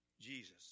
Jesus